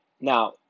Now